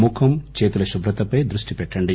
ముఖం చేతుల శుభ్రతపై దృష్టిపెట్టండి